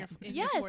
Yes